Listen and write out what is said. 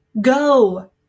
go